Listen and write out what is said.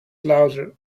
louder